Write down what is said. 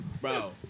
bro